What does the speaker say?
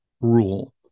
rule